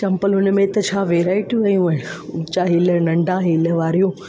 चंपलुनि में त छा वैराइटियूं आहियूं आहिनि उचा हील नंढा हील वारियूं